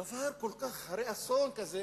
דבר, הרי אסון כזה